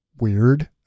weird